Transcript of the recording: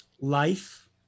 Life